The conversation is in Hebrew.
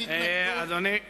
אדוני היושב-ראש,